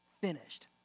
finished